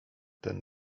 ten